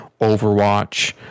Overwatch